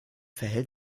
verhält